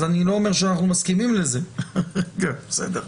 אז אני לא אומר שאנחנו מסכימים לזה, בסדר?